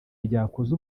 ryakoze